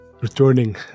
returning